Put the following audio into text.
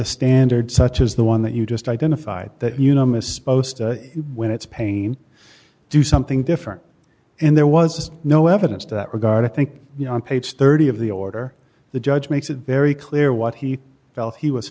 a standard such as the one that you just identified that unanimous post when it's pain do something different and there was just no evidence that regard i think you know on page thirty of the order the judge makes it very clear what he felt he was